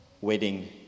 wedding